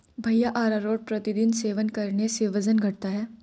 भैया अरारोट प्रतिदिन सेवन करने से वजन घटता है